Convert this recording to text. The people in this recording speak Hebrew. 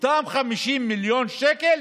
אותם 50 מיליון שקל,